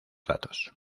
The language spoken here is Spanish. datos